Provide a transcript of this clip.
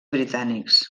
britànics